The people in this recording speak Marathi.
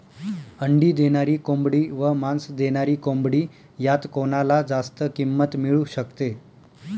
अंडी देणारी कोंबडी व मांस देणारी कोंबडी यात कोणाला जास्त किंमत मिळू शकते?